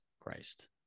Christ